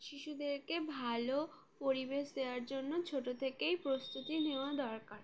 শিশুদেরকে ভালো পরিবেশ দেওয়ার জন্য ছোটো থেকেই প্রস্তুতি নেওয়া দরকার